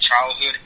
childhood